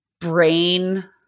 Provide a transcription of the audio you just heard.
brain